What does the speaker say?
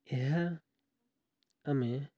ଏହା ଆମେ